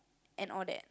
and all that